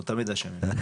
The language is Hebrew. אנחנו תמיד אשמים.